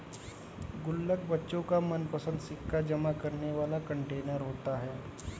गुल्लक बच्चों का मनपंसद सिक्का जमा करने वाला कंटेनर होता है